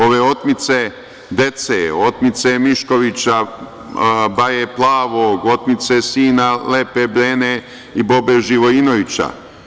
Ove otmice dece, otmice Miškovića, Baje Plavog, otmice sina Lepe Brene i Bobe Živojinovića.